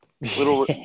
Little